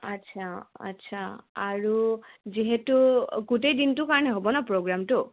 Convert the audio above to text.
আচ্ছা আচ্ছা আৰু যিহেতু গোটেই দিনটোৰ কাৰণে হ'ব ন প্ৰ'গ্ৰামটো